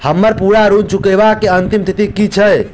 हम्मर पूरा ऋण चुकाबै केँ अंतिम तिथि की छै?